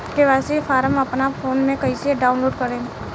KYC form अपना phone मे कइसे डाऊनलोड करेम?